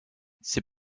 ses